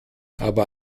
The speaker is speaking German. aber